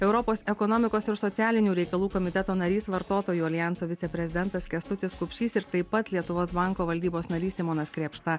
europos ekonomikos ir socialinių reikalų komiteto narys vartotojų aljanso viceprezidentas kęstutis kupšys ir taip pat lietuvos banko valdybos narys simonas krėpšta